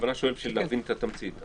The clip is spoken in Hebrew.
בכוונה שואל בשביל להבין את התמצית.